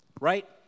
right